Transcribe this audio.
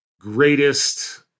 greatest